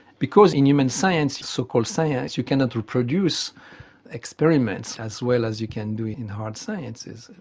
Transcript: because in human science, so-called science, you cannot reproduce experiments as well as you can do in hard sciences.